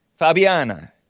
Fabiana